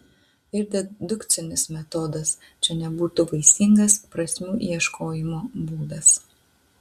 ir dedukcinis metodas čia nebūtų vaisingas prasmių ieškojimo būdas